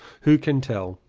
who can tell?